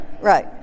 right